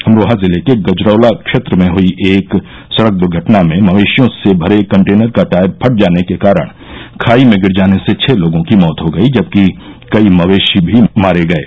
अमरोहा जिले के गजरौला क्षेत्र में हुयी एक सड़क दुर्घटना में मवेशियों से भरे एक कंटेनर का टायर फट जाने के कारण खाई में गिर जाने से छः लोगों की मौत हो गयी जबकि कई मवेशी भी मारे गये